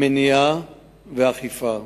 מניעה ואכיפה.